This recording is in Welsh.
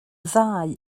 ddau